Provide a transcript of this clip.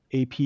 AP